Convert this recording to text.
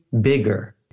bigger